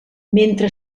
mentre